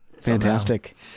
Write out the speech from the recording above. Fantastic